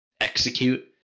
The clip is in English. execute